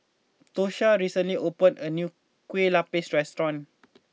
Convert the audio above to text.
Tosha recently opened a new Kueh Lupis restaurant